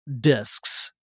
Discs